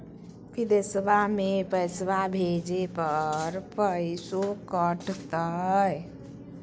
बिदेशवा मे पैसवा भेजे पर पैसों कट तय?